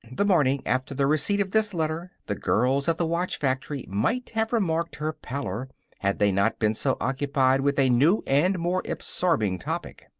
the morning after the receipt of this letter the girls at the watch factory might have remarked her pallor had they not been so occupied with a new and more absorbing topic.